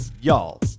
Y'all